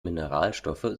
mineralstoffe